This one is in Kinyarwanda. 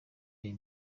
aya